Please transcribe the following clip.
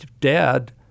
dad